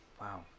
wow